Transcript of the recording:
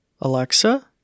Alexa